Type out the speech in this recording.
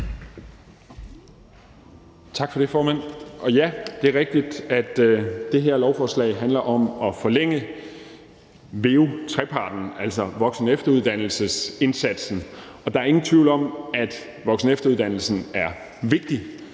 Tak for det, formand. Ja, det er rigtigt, at det her lovforslag handler om at forlænge VEU-trepartsaftalen, altså voksen- og efteruddannelsesindsatsen. Der er ingen tvivl om, at voksen- og efteruddannelsen er vigtig.